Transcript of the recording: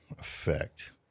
effect